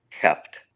Kept